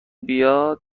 بیاد